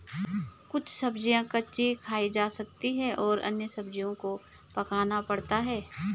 कुछ सब्ज़ियाँ कच्ची खाई जा सकती हैं और अन्य सब्ज़ियों को पकाना पड़ता है